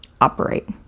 operate